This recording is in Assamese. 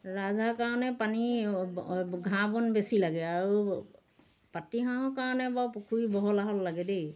ৰাজ হাঁহৰ কাৰণে পানী ঘাঁহ বন বেছি লাগে আৰু পাতি হাঁহৰ কাৰণে বাৰু পুখুৰী বহল আহল লাগে দেই